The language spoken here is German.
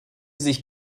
sich